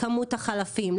לכמות החלפים,